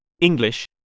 English